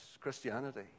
Christianity